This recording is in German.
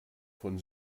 von